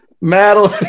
Madeline